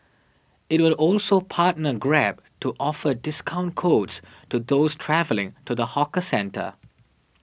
it will also partner Grab to offer discount codes to those travelling to the hawker centre